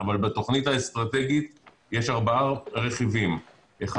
אבל בתוכנית האסטרטגית יש ארבעה רכיבים: א',